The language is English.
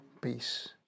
peace